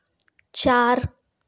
चार